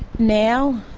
now?